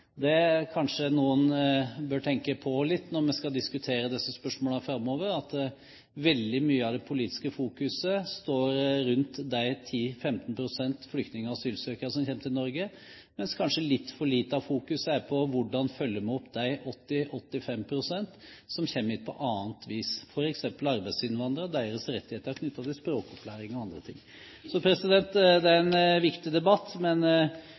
bør tenke litt på når vi skal diskutere disse spørsmålene framover, er at veldig mye av det politiske fokuset er på de rundt 10–15 pst. flyktninger og asylsøkere som kommer til Norge, mens kanskje litt for lite av fokuset er på hvordan vi følger opp de 80–85 pst. som kommer hit på annet grunnlag, f.eks. arbeidsinnvandrere og deres rettigheter knyttet til språkopplæring og andre ting. Det er en viktig debatt, men